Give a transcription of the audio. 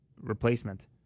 replacement